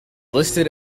listed